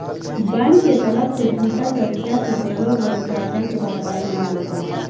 bank के तरफ से झूठा तरीका से देवल गईल करजा के भरपाई ना होखेला